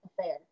affair